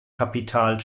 kapital